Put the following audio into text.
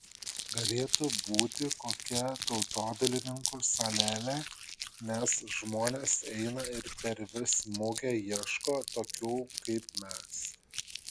galėtų būti kokia tautodailininkų salelė nes žmonės eina ir per vis mugę ieško tokių kaip mes